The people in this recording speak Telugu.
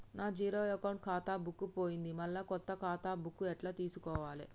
నా జీరో అకౌంట్ ఖాతా బుక్కు పోయింది మళ్ళా కొత్త ఖాతా బుక్కు ఎట్ల తీసుకోవాలే?